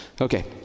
Okay